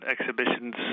exhibitions